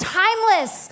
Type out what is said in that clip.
timeless